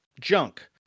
junk